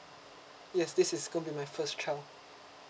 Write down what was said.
yes this is going to be my first child